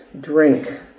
drink